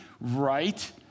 right